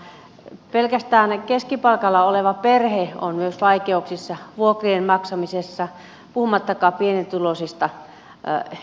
myös pelkästään keskipalkalla oleva perhe on vaikeuksissa vuokrien maksamisessa puhumattakaan pienituloisista ihmisistä